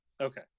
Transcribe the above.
Okay